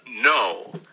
no